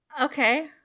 Okay